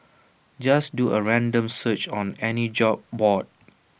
just do A random search on any job board